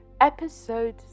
Episode